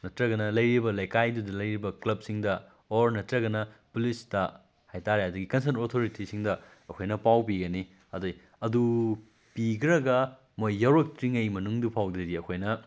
ꯅꯠꯇ꯭ꯔꯒꯅ ꯂꯩꯔꯤꯕ ꯂꯩꯀꯥꯏꯗꯨꯗ ꯂꯩꯔꯤꯕ ꯀ꯭ꯂꯕꯁꯤꯡꯗ ꯑꯣꯔ ꯅꯠꯇ꯭ꯔꯒꯅ ꯄꯨꯂꯤꯁꯇ ꯍꯥꯏꯇꯥꯔꯦ ꯑꯗꯒꯤ ꯀꯟꯁꯔꯟ ꯑꯣꯊꯣꯔꯤꯇꯤꯁꯤꯡꯗ ꯑꯩꯈꯣꯏꯅ ꯄꯥꯎ ꯄꯤꯒꯅꯤ ꯑꯗꯩ ꯑꯗꯨ ꯄꯤꯈ꯭ꯔꯒ ꯃꯣꯏ ꯌꯧꯔꯛꯇ꯭ꯔꯤꯉꯩ ꯃꯅꯨꯡꯗꯨ ꯐꯥꯎꯕꯗꯗꯤ ꯑꯩꯈꯣꯏꯅ